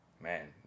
man